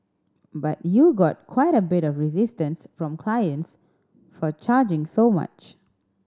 but you got quite a bit of resistance from clients for charging so much